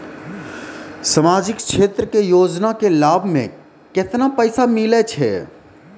समाजिक क्षेत्र के योजना के लाभ मे केतना पैसा मिलै छै?